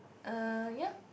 uh ya